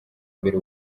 imbere